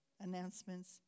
announcements